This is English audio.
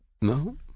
no